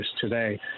today